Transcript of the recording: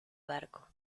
barco